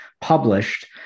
published